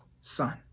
Son